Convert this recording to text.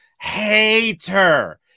hater